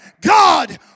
God